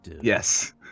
Yes